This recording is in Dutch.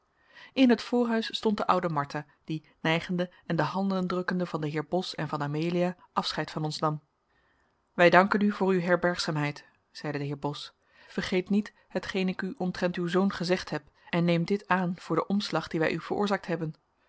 in het voorhuis stond de oude martha die nijgende en de handen drukkende van den heer bos en van amelia afscheid van ons nam wij danken u voor uw herbergzaamheid zeide de heer bos vergeet niet hetgeen ik u omtrent uw zoon gezegd heb en neem dit aan voor den omslag dien wij u veroorzaakt hebben